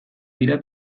dira